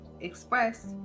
express